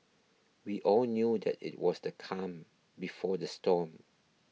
we all knew that it was the calm before the storm